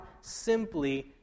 simply